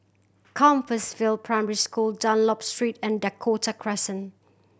Compassvale Primary School Dunlop Street and Dakota Crescent